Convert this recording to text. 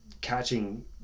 catching